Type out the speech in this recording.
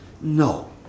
No